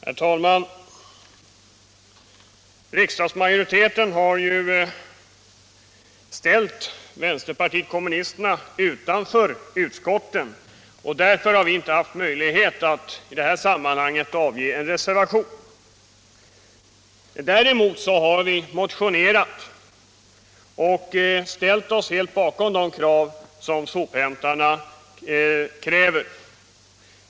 Herr talman! Riksdagsmajoriteten har ju ställt vänsterpartiet kommunisterna utanför utskotten, och därför har vi inte haft möjlighet att i det här sammanhanget avge någon reservation. Däremot har vi motionerat och ställt oss helt bakom de krav som sophämtarna framfört.